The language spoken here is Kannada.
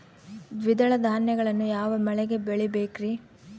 ದ್ವಿದಳ ಧಾನ್ಯಗಳನ್ನು ಯಾವ ಮಳೆಗೆ ಬೆಳಿಬೇಕ್ರಿ?